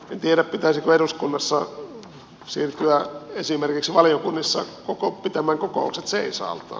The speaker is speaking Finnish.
en tiedä pitäisikö eduskunnassa siirtyä esimerkiksi valiokunnissa pitämään kokoukset seisaaltaan